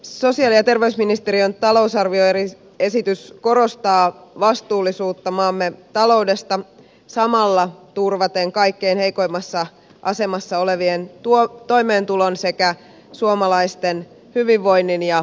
sosiaali ja terveysministeriön talousarvioesitys korostaa vastuullisuutta maamme taloudesta samalla turvaten kaikkein heikoimmassa asemassa olevien toimeentulon sekä suomalaisten hyvinvoinnin ja palvelut